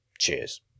Cheers